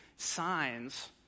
signs